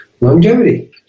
longevity